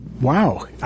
Wow